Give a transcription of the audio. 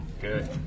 Good